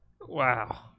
wow